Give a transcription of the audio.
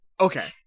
okay